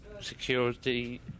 security